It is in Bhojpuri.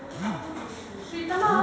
सबसे कम इन्टरेस्ट कोउन वाला लोन पर लागी?